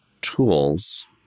tools